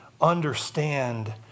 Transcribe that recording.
understand